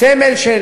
סמל של